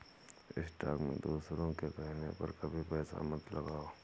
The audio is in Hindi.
स्टॉक में दूसरों के कहने पर कभी पैसे मत लगाओ